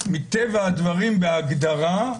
מטבע הדברים בהגדרה,